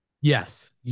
Yes